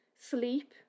sleep